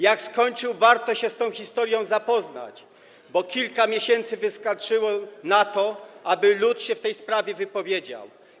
Jak skończył, warto się z tą historią zapoznać, bo kilka miesięcy wystarczyło na to, aby lud w tej sprawie się wypowiedział.